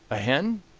a hen,